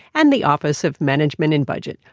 and the office of management and budget.